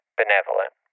benevolent